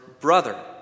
brother